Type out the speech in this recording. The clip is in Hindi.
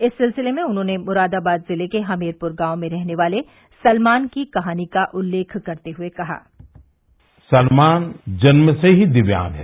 इस सिलसिले में उन्होंने मुरादाबाद ज़िले के हमीरपुर गाँव में रहने वाले सलमान की कहानी का उल्लेख करते हुए कहा सलमान जन्म से ही दिव्यांग है